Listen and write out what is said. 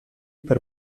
per